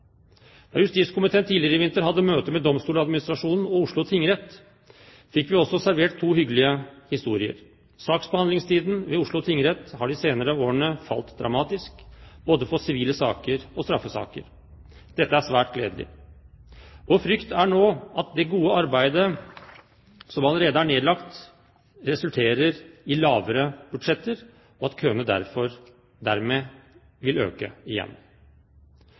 Da justiskomiteen tidligere i vinter hadde møte med Domstoladministrasjonen og Oslo tingrett, fikk vi også servert to hyggelige historier. Saksbehandlingstiden ved Oslo tingrett har de senere årene falt dramatisk, både for sivile saker og straffesaker. Dette er svært gledelig. Vår frykt er nå at det gode arbeidet som allerede er nedlagt, resulterer i lavere budsjetter, og at køene dermed vil øke igjen.